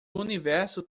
universo